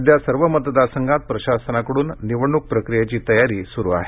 सध्या सर्व मतदारसंघात प्रशासनाकडून निवडणुक प्रक्रीयेची तयारी सुरू आहे